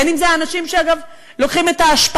בין אם זה האנשים שלוקחים את האשפה,